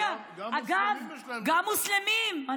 גם למוסלמים יש זקן.